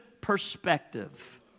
perspective